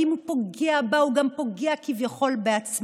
כי אם הוא פגע בה הוא גם פוגע כביכול בעצמו.